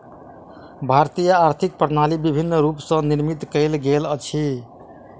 भारतीय आर्थिक प्रणाली विभिन्न रूप स निर्मित कयल गेल अछि